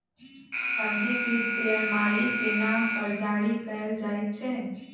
पंजीकृत शेयर मालिक के नाम पर जारी कयल जाइ छै